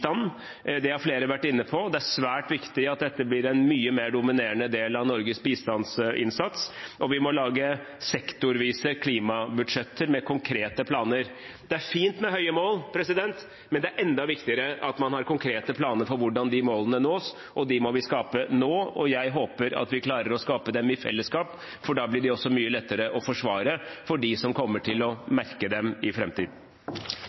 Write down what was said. det har flere vært inne på. Det er svært viktig at dette blir en mye mer dominerende del av Norges bistandsinnsats, og vi må lage sektorvise klimabudsjetter med konkrete planer. Det er fint med høye mål, men det er enda viktigere at man har konkrete planer for hvordan de målene nås. Dem må vi skape nå, og jeg håper at vi klarer å skape dem i fellesskap, for da blir de også mye lettere å forsvare for dem som kommer til å merke dem i